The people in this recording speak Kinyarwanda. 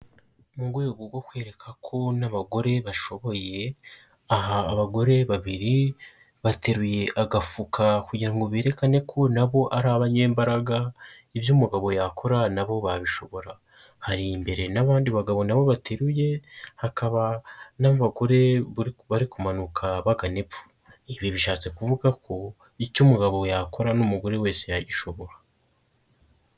Mu rwego rwo kwereka ko n'abagore bashoboye aha abagore babiri bateruye agafuka kugira ngo berekane ko nabo ari abanyembaraga ibyo umugabo yakora nabo babishobora hari imbere n'abandi bagabo nabo bateruye hakaba n'abagore bari kumanuka bagana epfo, ibi bishatse kuvuga ko icyo umugabo yakora n'umugore wese yagishobora.